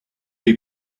they